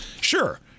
Sure